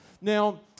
Now